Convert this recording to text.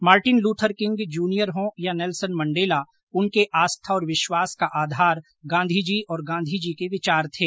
Martin Luther King junior हों या Nelson Mandela उनके आस्था और विश्वास का आधार गांधीजी और गांधीजी के विचार थे